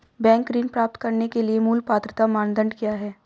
Bank ऋण प्राप्त करने के लिए मूल पात्रता मानदंड क्या हैं?